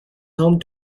home